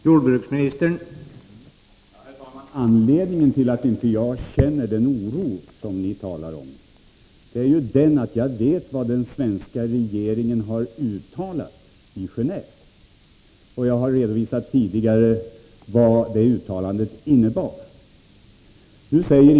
Herr talman! Anledningen till att jag inte känner den oro ni talar om är ju att jag vet vad den svenska regeringen har uttalat i Geneve. Jag har tidigare redovisat vad det uttalandet innebär.